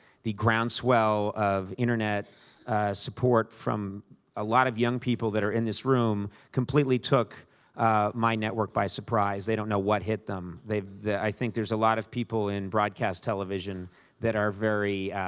the groundswell of internet support from a lot of young people that are in this room completely took my network by surprise. they don't know what hit them. they i think there's a lot of people in broadcast television that are very